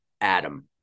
Adam